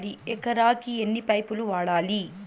ఎకరాకి ఎన్ని పైపులు వాడాలి?